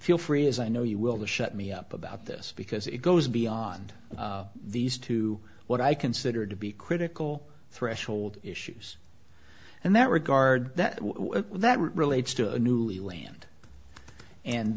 feel free as i know you will to shut me up about this because it goes beyond these two what i consider to be critical threshold issues and that regard that relates to a newly land and